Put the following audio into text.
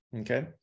okay